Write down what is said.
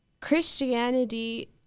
Christianity